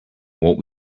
what